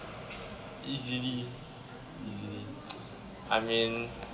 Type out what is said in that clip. easily I mean